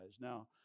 Now